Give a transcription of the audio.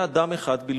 היה אדם אחד בלבד.